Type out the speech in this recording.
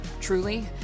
truly